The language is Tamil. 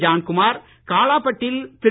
ஜான்குமார் காலாப்பட்டில் திரு